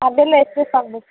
ಅದೆಲ್ಲ ಎಷ್ಟೆಷ್ಟು ಆಗ್ಬೇಕು